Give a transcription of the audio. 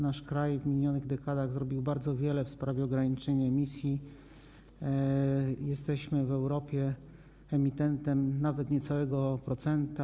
Nasz kraj w minionych dekadach zrobił bardzo wiele w sprawie ograniczenia emisji i jesteśmy w Europie emitentem nawet niecałego 1%.